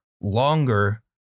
longer